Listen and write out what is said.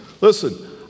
Listen